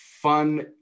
fun